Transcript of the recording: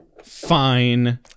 fine